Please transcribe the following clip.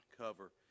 cover